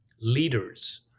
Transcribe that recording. leaders